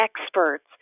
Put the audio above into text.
experts